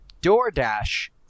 DoorDash